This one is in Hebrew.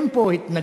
אין פה התנגחות,